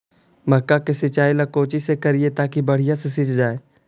मक्का के सिंचाई ला कोची से करिए ताकी बढ़िया से सींच जाय?